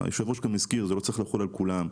וזה לא צריך לחול על כולם.